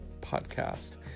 podcast